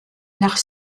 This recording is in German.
nach